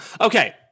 Okay